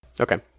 okay